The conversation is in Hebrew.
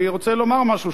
אני רוצה לומר משהו,